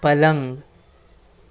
પલંગ